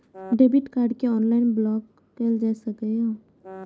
debit card कें online block कैल जा सकैए